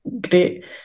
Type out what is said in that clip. great